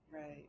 right